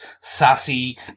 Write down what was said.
sassy